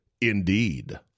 Indeed